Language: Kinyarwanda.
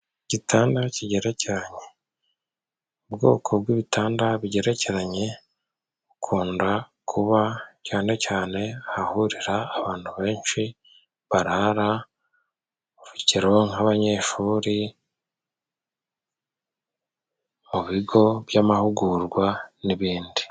Igitanda kigerekeranye. Ubwoko bw'ibitanda bigerekeranye bukunda kuba cyane cyane ahahurira abantu benshi barara, urugero, nk'abanyeshuri, mu bigo by'amahugurwa n'ibindi.